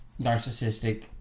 narcissistic